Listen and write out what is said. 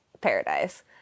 paradise